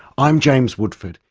i'm james woodford.